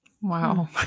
wow